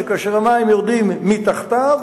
שכאשר המים יורדים מתחתיו,